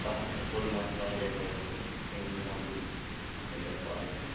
পাওয়া যায় শোল মাছ পাওয়া যায় বড় বড় শিঙ্গি মাগুর এইসব পাওয়া যায়